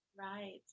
Right